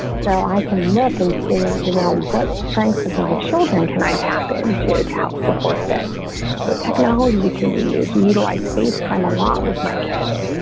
so i can look and see, you know, what strengthens my children. can i tap into to help support that what technology can we use utilize facetime a lot with my kids.